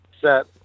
set